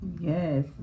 Yes